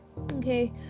okay